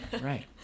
right